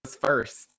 first